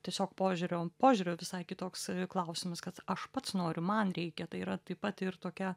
tiesiog požiūrio požiūrio visai kitoks klausimas kad aš pats noriu man reikia tai yra taip pat ir tokia